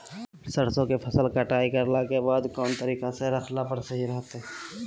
सरसों के फसल कटाई करला के बाद कौन तरीका से रखला पर सही रहतय?